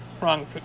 wrong